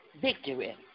victory